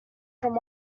from